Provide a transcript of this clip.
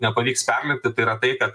nepavyks perlipti yra tai kad